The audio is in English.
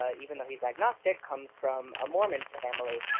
ah even though he's agnostic, comes from a mormon family.